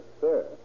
sir